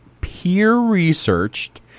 peer-researched